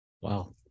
Wow